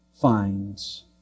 finds